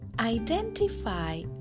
Identify